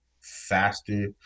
faster